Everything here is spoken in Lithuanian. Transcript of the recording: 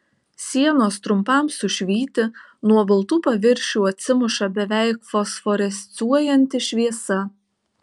sienos trumpam sušvyti nuo baltų paviršių atsimuša beveik fosforescuojanti šviesa